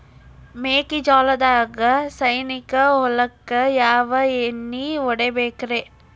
ಮೆಕ್ಕಿಜೋಳದಾಗ ಸೈನಿಕ ಹುಳಕ್ಕ ಯಾವ ಎಣ್ಣಿ ಹೊಡಿಬೇಕ್ರೇ?